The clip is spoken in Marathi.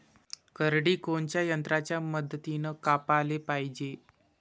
करडी कोनच्या यंत्राच्या मदतीनं कापाले पायजे?